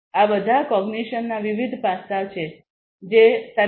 તેથી આ બધા કોગ્નિશનના વિવિધ પાસાં છે જે સી